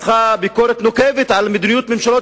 מתחה ביקורת נוקבת על מדיניות ממשלות